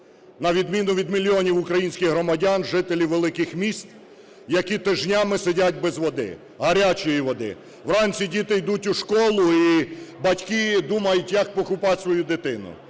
на відміну від мільйонів українських громадян - жителів великих міст, які тижнями сидять без води, гарячої води. Вранці діти йдуть у школу, і батьки думають, як покупати свою дитину.